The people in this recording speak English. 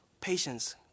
patience